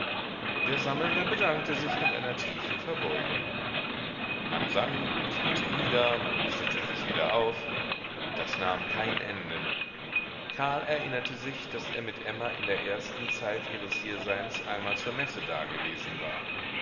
der sammelnde bedankte sich mit einer tiefen verbeugung man sang man kniete nieder man richtete sich wieder auf das nahm kein ende karl erinnerte sich daß er mit emma in der ersten zeit ihres hierseins einmal zur messe dagewesen war